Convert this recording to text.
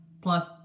Plus